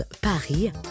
Paris